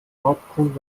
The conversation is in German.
hauptgrund